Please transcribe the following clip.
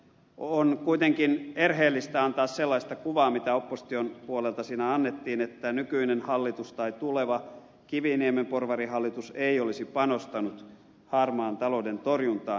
on kuitenkin erheellistä antaa sellaista kuvaa jota opposition puolelta siinä annettiin että nykyinen hallitus tai tuleva kiviniemen porvarihallitus ei olisi panostanut harmaan talouden torjuntaan